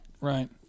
Right